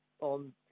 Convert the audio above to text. on